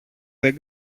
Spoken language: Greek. δεν